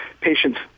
patients